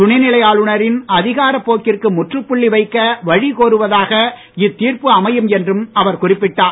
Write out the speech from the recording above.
துணைநிலை ஆளுநரின் நீதி அதிகாரப்போக்கிற்கு முற்றுப்புள்ளி வைக்க வழிகோருவதாக இத்தீர்ப்பு அமையும் என்றும் அவர் குறிப்பிட்டார்